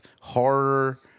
horror